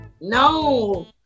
no